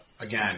again